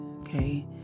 Okay